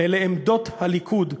אלה עמדות הליכוד,